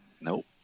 Nope